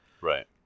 Right